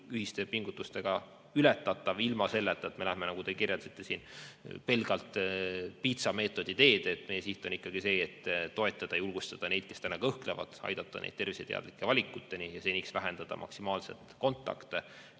ühiste pingutustega ületatav, ilma selleta et me läheme, nagu te kirjeldasite, pelgalt piitsameetodi teed. Meie siht on ikkagi see, et toetada, julgustada neid, kes kõhklevad, aidata neid terviseteadlike valikuteni ja seniks vähendada maksimaalselt kontakte